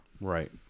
Right